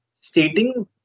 stating